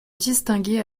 distinguait